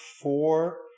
four